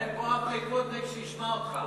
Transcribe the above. חבר הכנסת ריבלין, אין פה אף ליכודניק שישמע אותך.